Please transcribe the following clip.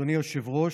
אדוני היושב-ראש,